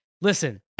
Listen